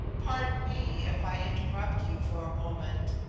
pardon me, if i interrupt you for a moment.